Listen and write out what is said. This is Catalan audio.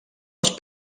les